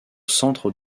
centre